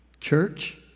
Church